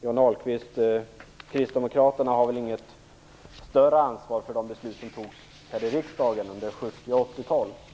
Johnny Ahlqvist, inte något större ansvar för de beslut som togs här i riksdagen under 70 och 80-talen.